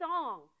song